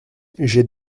j’ai